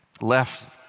left